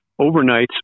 overnights